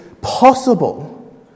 possible